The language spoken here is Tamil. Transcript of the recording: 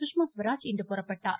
சுஷ்மா ஸ்வராஜ் இன்று புறப்பட்டார்